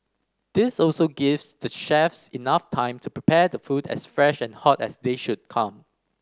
this also gives the chefs enough time to prepare the food as fresh and hot as they should come